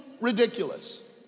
ridiculous